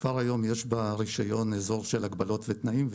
כבר היום יש ברישיון אזור של הגבלות ותנאים,